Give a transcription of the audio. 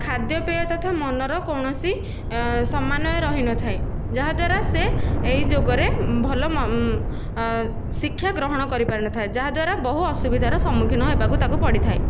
ଖାଦ୍ୟପେୟ ତଥା ମନର କୌଣସି ସମନ୍ୱୟ ରହିନଥାଏ ଯାହାଦ୍ୱାରା ସେ ଏହି ଯୋଗରେ ଭଲ ଶିକ୍ଷା ଗ୍ରହଣ କରିପାରିନଥାଏ ଯାହାଦ୍ୱାରା ବହୁ ଅସୁବିଧାର ସମ୍ମୁଖୀନ ହେବାକୁ ତାକୁ ପଡ଼ିଥାଏ